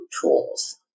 tools